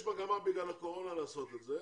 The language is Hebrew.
יש מגמה בגלל הקורונה לעשות את זה,